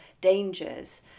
dangers